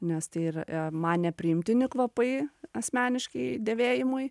nes tai ir man nepriimtini kvapai asmeniškai dėvėjimui